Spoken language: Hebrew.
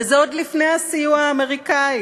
וזה עוד לפני הסיוע האמריקני,